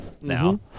now